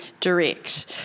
direct